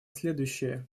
следующее